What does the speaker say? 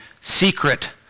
secret